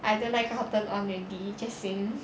I don't like cotton on already just saying